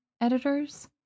editors